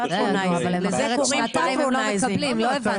אבל, חסן, לזה קוראים patronizing לא הבנתי.